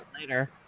later